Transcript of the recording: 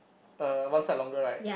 uh one side longer right